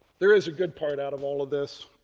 there is a good part out of all of this.